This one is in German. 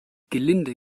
gelinde